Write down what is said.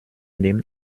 named